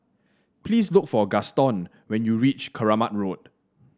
please look for Gaston when you reach Keramat Road